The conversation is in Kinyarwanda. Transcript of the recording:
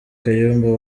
kayumba